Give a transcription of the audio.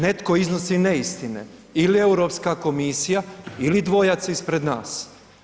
Netko iznosi neistine ili Europska komisija ili dvojac ispred nas.